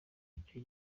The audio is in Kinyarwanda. icyo